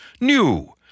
New